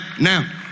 now